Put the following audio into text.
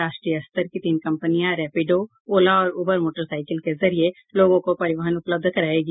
राष्ट्रीय स्तर की तीन कंपनियां रैपिडो ओला और उबर मोटरसाइकिल के जरिये लोगों को परिवहन उपलब्ध करायेगी